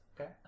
Okay